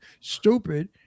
stupid